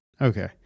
Okay